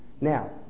now